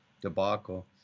debacle